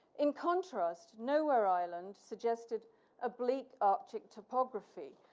in contrast, nowhereisland suggested a bleak arctic topography,